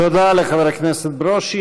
תודה לחבר הכנסת ברושי.